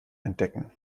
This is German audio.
entdecken